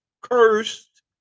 cursed